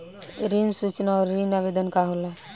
ऋण सूचना और ऋण आवेदन का होला?